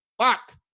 Fuck